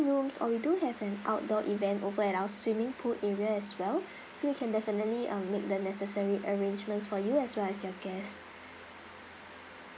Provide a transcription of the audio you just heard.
rooms or we do have an outdoor event over at our swimming pool area as well so we can definitely uh make the necessary arrangements for you as well as your guest